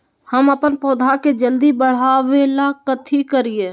हम अपन पौधा के जल्दी बाढ़आवेला कथि करिए?